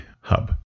hub